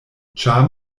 ĉar